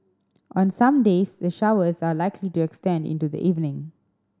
on some days the showers are likely to extend into the evening